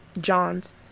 Johns